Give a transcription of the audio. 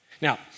Now